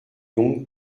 donc